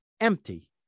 empty